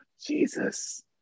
Jesus